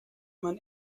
man